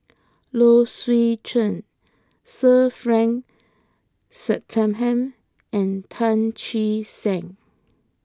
Low Swee Chen Sir Frank Swettenham and Tan Che Sang